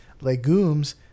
legumes